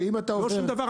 לא שום דבר,